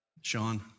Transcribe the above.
Sean